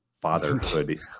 fatherhood